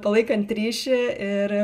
palaikant ryšį ir